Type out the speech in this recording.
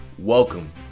Welcome